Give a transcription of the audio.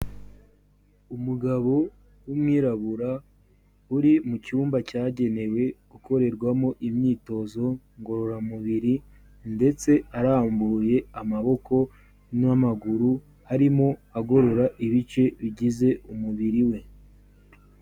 Umugabo w'umwirabura uri mu cyumba cyagenewe gukorerwamo imyitozo ngororamubiri ndetse arambuye amaboko n'amaguru, arimo agorora ibice bigize umubiri we.